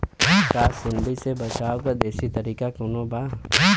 का सूंडी से बचाव क देशी तरीका कवनो बा?